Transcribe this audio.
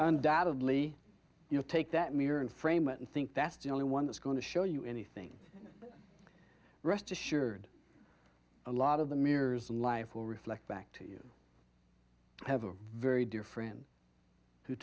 undoubtably you know take that mirror and frame it and think that's the only one that's going to show you anything rest assured a lot of the mirrors in life will reflect back to you have a very dear friend who